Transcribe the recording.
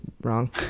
wrong